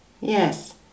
yes